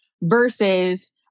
versus